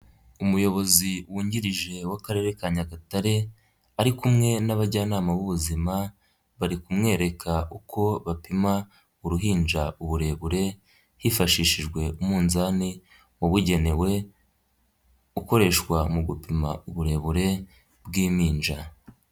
Umuyobozi wungirije w'Akarere ka Nyagatare ari kumwe n'abajyanama b'ubuzima, bari kumwereka uko bapima uruhinja uburebure, hifashishijwe umunzani wabugenewe ukoreshwa mu gupima uburebure bw'impinja.